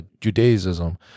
Judaism